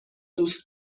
دوست